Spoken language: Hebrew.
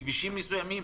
בכבישים מסוימים,